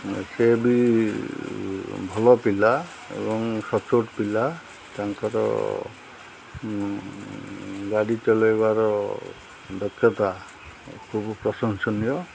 ସେ ବି ଭଲ ପିଲା ଏବଂ ସଚ୍ଚୋଟ ପିଲା ତାଙ୍କର ଗାଡ଼ି ଚଲେଇବାର ଦକ୍ଷତା ଖୁବ ପ୍ରଶଂସନୀୟ